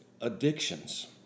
addictions